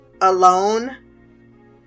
alone